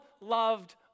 loved